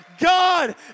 God